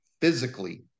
physically